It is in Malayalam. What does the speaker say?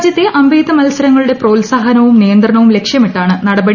രാജ്യത്തെ അമ്പെയ്ത്ത് മത്സരങ്ങളുടെ പ്രോത്സാഹനവും നിയന്ത്രണവും ലക്ഷ്യമിട്ടാണ് നടപടി